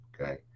Okay